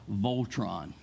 Voltron